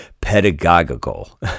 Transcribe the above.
pedagogical